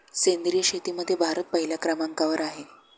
सेंद्रिय शेतीमध्ये भारत पहिल्या क्रमांकावर आहे